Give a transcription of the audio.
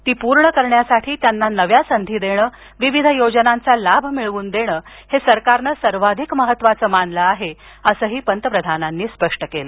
ती पूर्ण करण्यासाठी त्यांना नव्या संधी देणं योजनांचा लाभ मिळवून देणं हे सरकारनं सर्वाधिक महत्त्वाचं मानलं आहे असंही पंतप्रधान म्हणाले